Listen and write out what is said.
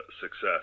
success